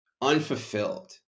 unfulfilled